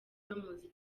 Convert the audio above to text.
bamuzi